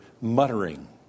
muttering